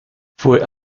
fue